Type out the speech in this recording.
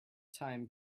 time